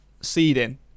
seeding